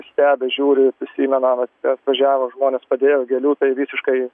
stebi žiūri prisimena vat atvažiavo žmonės padėjo gėlių tai visiškai